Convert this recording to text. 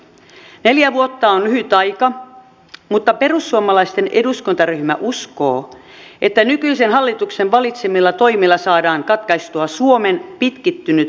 neljä vuotta on lyhyt aika mutta perussuomalaisten eduskuntaryhmä uskoo että nykyisen hallituksen valitsemilla toimilla saadaan katkaistua suomen pitkittynyt velkaantumisen kierre